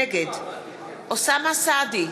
נגד אוסאמה סעדי,